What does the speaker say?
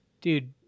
dude